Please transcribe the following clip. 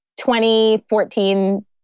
2014